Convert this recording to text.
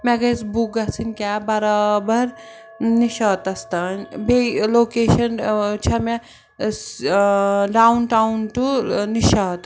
مےٚ گژھِ بُک گژھٕنۍ کیب برابر نِشاتَس تانۍ بیٚیہِ لوٚکیشَن چھےٚ مےٚ ڈاوُن ٹاوُن ٹُو نِشاط